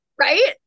Right